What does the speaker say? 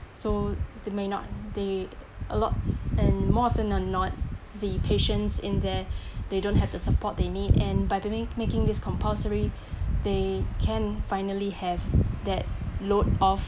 so they may not they a lot and more of than not the patients in there they don't have the support they need and but making this compulsory they can finally have that load off